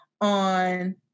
On